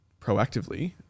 proactively